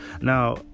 Now